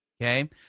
okay